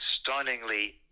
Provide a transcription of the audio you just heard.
stunningly